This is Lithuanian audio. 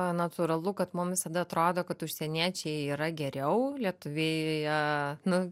natūralu kad mum visada atrodo kad užsieniečiai yra geriau lietuviai jie nu